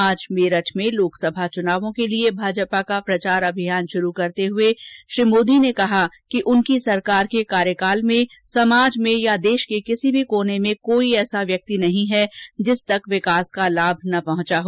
आज मेरठ में लोकसभा चुनावों के लिए भाजपा का प्रचार अभियान शुरू करते हुए श्री मोदी ने कहा कि उनकी सरकार के कार्यकाल में समाज में या देश के किसी भी कोने में कोई ऐसा व्यक्ति नहीं है जिस तक विकास का लाभ न पहंचा हो